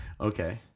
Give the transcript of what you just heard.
Okay